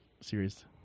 series